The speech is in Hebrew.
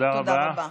תודה רבה.